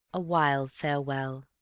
awhile farewell.